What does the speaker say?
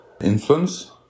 influence